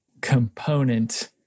component